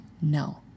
no